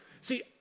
See